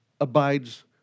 abides